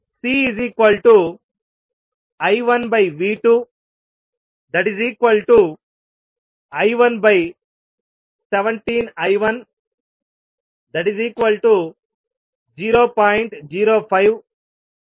765 CI1V2I117I10